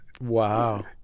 Wow